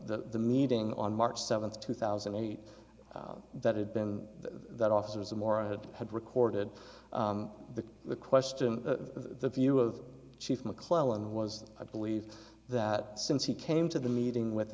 the meeting on march seventh two thousand and eight that had been that officers the more i had had recorded the the question the view of chief mcclellan was i believe that since he came to the meeting with